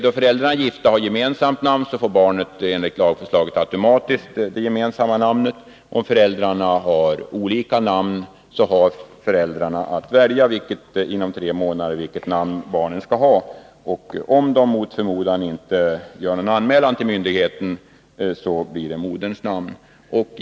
Om föräldrarna är gifta och har gemensamt efternamn, får barnet enligt lagförslaget automatiskt det gemensamma efternamnet. Om föräldrarna har olika namn har de att inom tre månader välja vilket namn barnet skall ha. Om de mot förmodan inte gör någon anmälan till myndigheten, får barnet moderns efternamn.